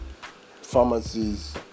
pharmacies